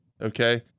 Okay